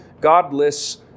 godless